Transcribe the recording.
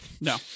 No